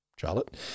Charlotte